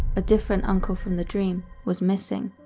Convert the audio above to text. a different uncle from the dream, was missing.